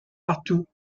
partout